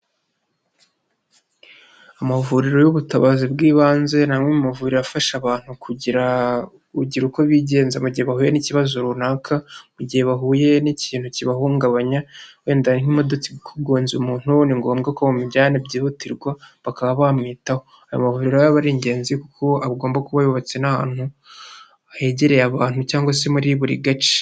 Amavuriro y'ubutabazi bw'ibanze ni amwe mu mavuriro afasha abantu kugira uko bigenza mu gihe bahuye n'ikibazo runaka, mu gihe bahuye n'ikintu kibahungabanya, wenda nk'imodoka yagonze umuntu; ni ngombwa ko byihutirwa bakaba bamwitaho. Amavuriro aba ari ingenzi kuko agomba kuba yubatse ahantu haba hegereye abantu cyangwa se muri buri gace.